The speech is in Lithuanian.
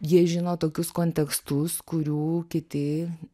jie žino tokius kontekstus kurių kiti